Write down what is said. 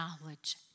knowledge